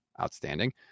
outstanding